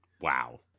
Wow